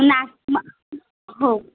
नाश न हो